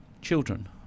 children